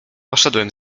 poszedłem